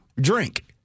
drink